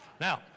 now